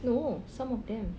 no some of them